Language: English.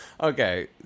okay